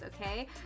okay